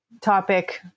topic